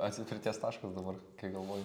atsipirties taškas dabar kai galvoju